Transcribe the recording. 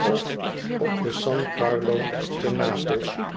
of op de san carlo te napels